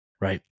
right